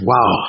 Wow